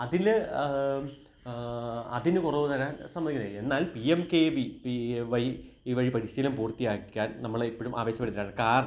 അതില് അതിനു കുറവു വരാൻ സമ്മതിക്കില്ലായിരിക്കും എന്നാൽ P M K V P Y വഴി പരിശീലനം പൂർത്തിയാക്കിയാൽ നമ്മളെ എപ്പോഴും ആവേശഭരിതരാണ് കാരണം